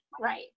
right